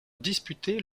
disputer